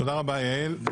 תודה רבה, יעל.